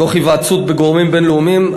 תוך היוועצות בגורמים בין-לאומיים,